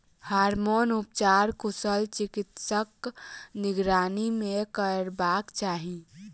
hormone उपचार कुशल चिकित्सकक निगरानी मे करयबाक चाही